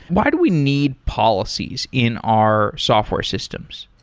why do we need policies in our software systems?